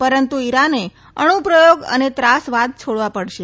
પરંતુ ઈરાને અણુ પ્રયોગ અને ત્રાસવાદ છોડવા પડશે